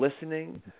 listening